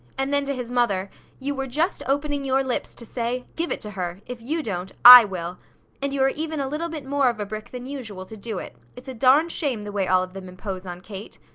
and then to his mother you were just opening your lips to say give it to her! if you don't, i will and you are even a little bit more of a brick than usual to do it. it's a darned shame the way all of them impose on kate.